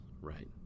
right